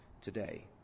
today